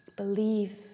Believe